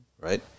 right